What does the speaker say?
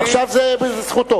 עכשיו זו זכותו.